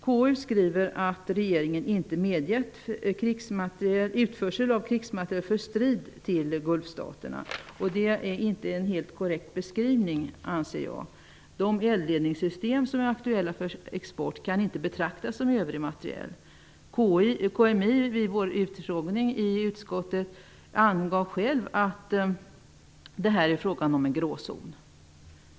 KU skriver att regeringen inte medgett utförsel av krigsmateriel för strid till Gulfstaterna. Det är inte en helt korrekt beskrivning, anser jag. De eldledningssystem som är aktuella för export kan inte betraktas som övrig materiel. Krigsmaterielinspektören angav själv, vid utfrågningen i utskottet, att det här är fråga om en gråzon.